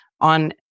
on